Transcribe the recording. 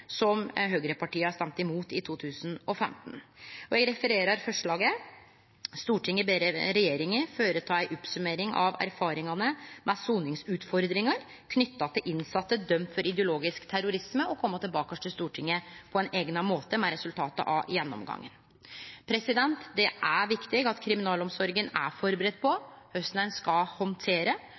erfaringsevaluering, som høgrepartia stemte imot i 2015. Eg refererer forslaget: «Stortinget ber regjeringen foreta en oppsummering av erfaringene med soningsutfordringer knyttet til innsatte dømt for ideologisk terrorisme, og komme tilbake til Stortinget på egnet måte med resultatene av gjennomgangen.» Det er viktig at kriminalomsorga er førebudd på korleis ein skal handtere